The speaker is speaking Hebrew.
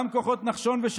גם כוחות נחשון,